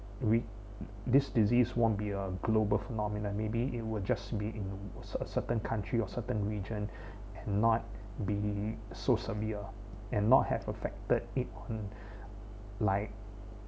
rid this disease won't be a global phenomenon maybe it would just be in c~ certain country or certain region and not be so severe and not have affected it um like